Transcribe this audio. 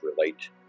relate